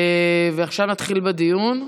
עכשיו נתחיל בדיון.